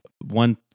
one